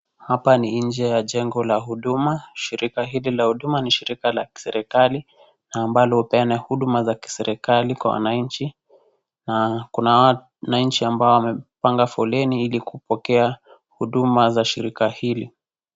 Hapa ni nje ya jengo la huduma, shirika hili la huduma ni shirika la kiserikali na ambalo hupeana huduma za kiserikali kwa wananchi na kuna wananchi ambao wamepanga foleni ili kupokea huduma za shirika hili.